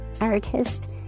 artist